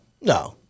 no